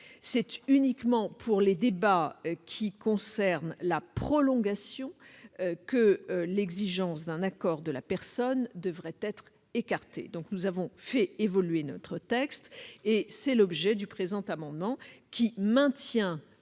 C'est uniquement pour les débats qui concernent la prolongation de cette détention que l'exigence d'un accord de la personne devrait être écartée. Nous avons donc fait évoluer notre texte. Tel est l'objet du présent amendement, qui tend